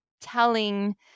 telling